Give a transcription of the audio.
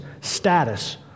status